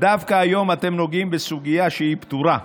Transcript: דווקא היום אתם נוגעים בסוגיה שהיא פתורה,